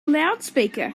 loudspeaker